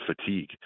fatigue